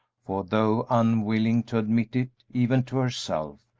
for though unwilling to admit it even to herself,